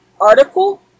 article